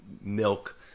milk